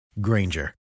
Granger